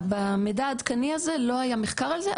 במידע העדכני הזה לא היה מחקר על זה,